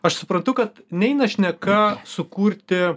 aš suprantu kad neina šneka sukurti